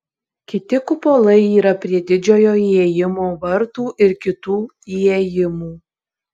kiti kupolai yra prie didžiojo įėjimo vartų ir kitų įėjimų